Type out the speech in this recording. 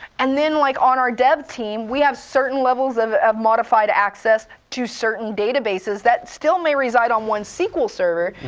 and then like on our dev team, we have certain levels of of modified access to certain databases that still may reside on one sql server,